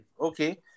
Okay